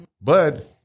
But-